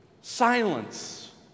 Silence